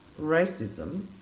racism